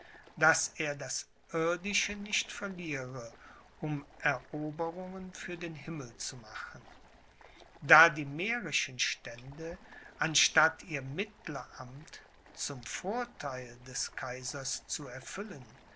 daß er das irdische nicht verliere um eroberungen für den himmel zu machen da die mährischen stände anstatt ihr mittleramt zum vortheil des kaisers zu erfüllen